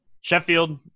Sheffield